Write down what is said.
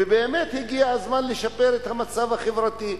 ובאמת הגיע הזמן לשפר את המצב החברתי,